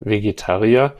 vegetarier